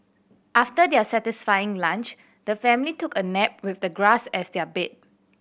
after their satisfying lunch the family took a nap with the grass as their bed